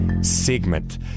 segment